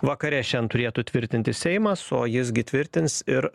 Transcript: vakare šiandien turėtų tvirtinti seimas o jis gi tvirtins ir